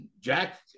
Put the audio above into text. Jack